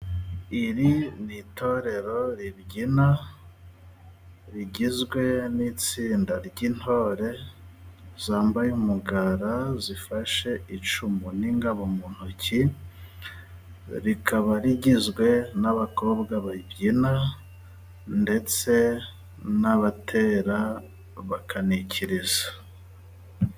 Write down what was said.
Iri n'itorerero ribyina rigizwe n'itsinda, ry'intore zambaye umugara, zifashe icumu n'ingabo mu ntoki, rikaba rigizwe n'abakobwa babyina, ndetse n'abatera bakanikiriza.